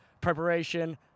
Preparation